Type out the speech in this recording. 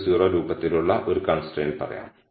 xn0 രൂപത്തിലുള്ള ഒരു constraint പറയാം